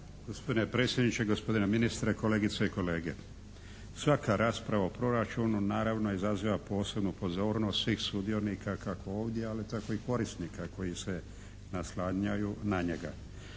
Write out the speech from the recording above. Gospodine predsjedniče, gospodine ministre, kolegice i kolege. Svaka rasprava o proračunu naravno izaziva posebnu pozornost svih sudionika kako ovdje a tako i korisnika koji se naslanjaju na njega.